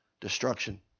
Destruction